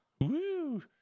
Woo